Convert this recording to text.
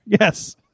Yes